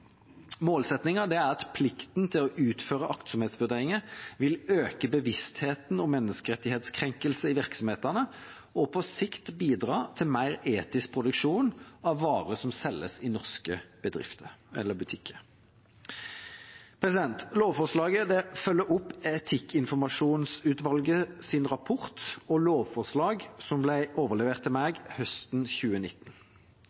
er at plikten til å utføre aktsomhetsvurderinger vil øke bevisstheten om menneskerettighetskrenkelser i virksomhetene og på sikt bidra til mer etisk produksjon av varer som selges i norske butikker. Lovforslaget følger opp etikkinformasjonsutvalgets rapport og lovforslag som ble overlevert til